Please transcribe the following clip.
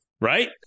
right